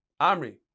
Amri